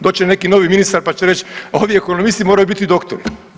Doći će neki novi ministar pa će reći ovi ekonomisti moraju biti doktori.